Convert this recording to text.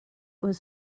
was